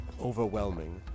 overwhelming